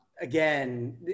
again